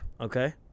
Okay